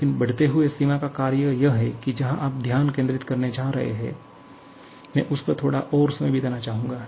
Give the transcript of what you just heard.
लेकिन बढ़ते हुए सीमा का कार्य यह है कि जहां आप ध्यान केंद्रित करने जा रहे हैं मैं उस पर थोड़ा और समय बिताना चाहूंगा